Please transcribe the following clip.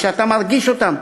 כשאתה מרגיש אותם,